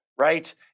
right